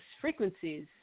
frequencies